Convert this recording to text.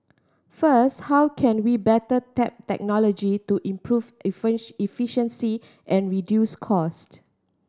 first how can we better tap technology to improve efficiency and reduce cost